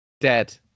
Dead